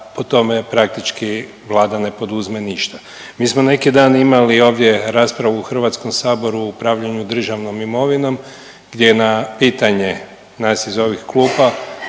po tome praktički Vlada ne poduzme ništa. Mi smo nekidan imali ovdje raspravu u HS o upravljanju državnom imovinom gdje na pitanje nas iz ovih klupa